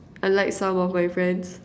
unlike some of my friends